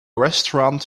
restaurant